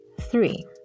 Three